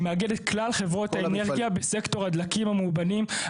שמאגד את כלל חברות האנרגיה בסקטור הדלקים המאובנים,